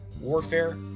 warfare